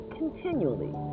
continually